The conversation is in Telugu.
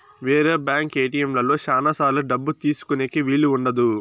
వేరే బ్యాంక్ ఏటిఎంలలో శ్యానా సార్లు డబ్బు తీసుకోనీకి వీలు ఉండదు